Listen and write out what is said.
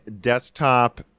desktop